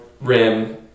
Rim